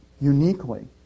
uniquely